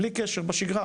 בלי קשר בשגרה.